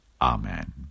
Amen